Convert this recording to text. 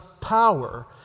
power